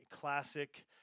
classic